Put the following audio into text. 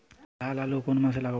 লাল আলু কোন মাসে লাগাব?